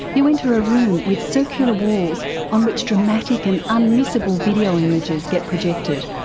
you enter a room with circular walls on which dramatic and unmissable video images get projected.